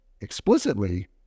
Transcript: explicitly